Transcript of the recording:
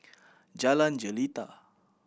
Jalan Jelita